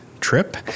trip